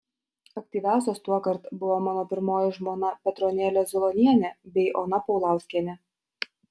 aktyviausios tuokart buvo mano pirmoji žmona petronėlė zulonienė bei ona paulauskienė